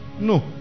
No